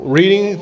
reading